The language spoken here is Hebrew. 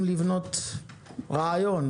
לבנות רעיון.